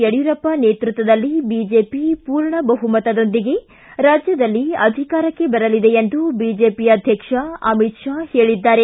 ಯಡಿಯೂರಪ್ಪ ನೇತೃತ್ವದಲ್ಲಿ ಬಿಜೆಪಿ ಪೂರ್ಣ ಬಹುಮತದೊಂದಿಗೆ ರಾಜ್ಯದಲ್ಲಿ ಅಧಿಕಾರಕ್ಕೆ ಬರಲಿದೆ ಎಂದು ಬಿಜೆಪಿ ಅಧ್ಯಕ್ಷ ಅಮಿತ್ ಶಾ ಹೇಳದ್ದಾರೆ